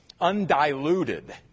undiluted